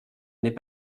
n’est